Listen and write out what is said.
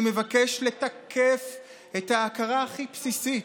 אני מבקש לתקף את ההכרה הכי בסיסית,